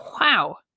wow